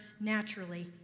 naturally